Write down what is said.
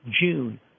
June